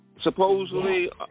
Supposedly